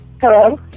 Hello